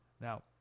Now